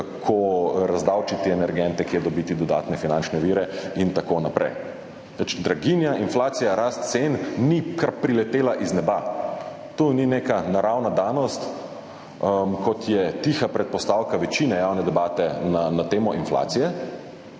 kako razdavčiti energente, kje dobiti dodatne finančne vire in tako naprej. Namreč draginja, inflacija, rast cen ni kar priletela z neba. To ni neka naravna danost, kot je tiha predpostavka večine javne debate na temo inflacije.